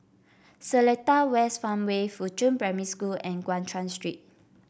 Seletar West Farmway Fuchun Primary School and Guan Chuan Street